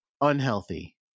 unhealthy